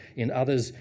in others.